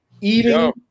eating